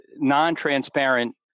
non-transparent